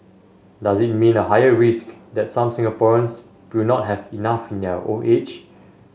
does it mean a higher risk that some Singaporeans will not have enough in their old age